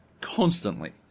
constantly